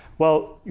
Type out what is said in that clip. well,